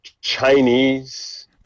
Chinese